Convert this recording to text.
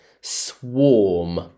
Swarm